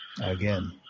again